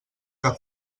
que